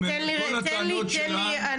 כל הטענות שלה,